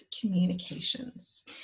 communications